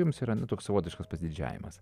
jums yra toks savotiškas pasididžiavimas